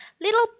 Little